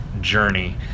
journey